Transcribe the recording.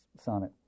sonnet